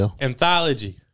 Anthology